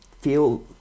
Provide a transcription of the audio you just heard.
feel